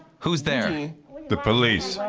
who's there? the police!